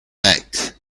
sacked